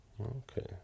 okay